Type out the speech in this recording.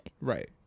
Right